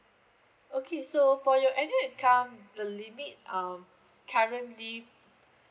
okay so for your annual income the limit um currently